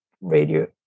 radio